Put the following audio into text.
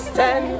ten